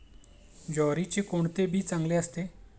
ज्वारीचे कोणते बी चांगले असते?